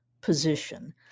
position